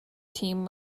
team